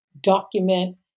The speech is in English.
document